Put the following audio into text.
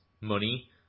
money